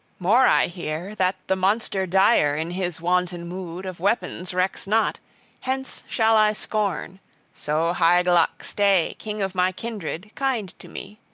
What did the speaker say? more i hear, that the monster dire, in his wanton mood, of weapons recks not hence shall i scorn so hygelac stay, king of my kindred, kind to me!